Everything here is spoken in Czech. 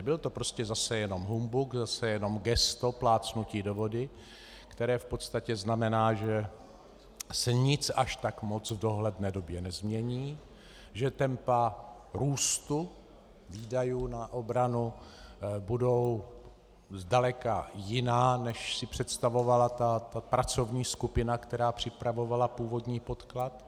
Byl to prostě zase jenom humbuk, zase jenom gesto, plácnutí do vody, které v podstatě znamená, že se nic až tak moc v dohledné době nezmění, že tempa růstu výdajů na obranu budou zdaleka jiná, než si představovala ta pracovní skupina, která připravovala původní podklad.